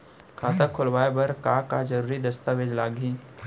खाता खोलवाय बर का का जरूरी दस्तावेज लागही?